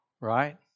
Right